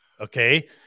Okay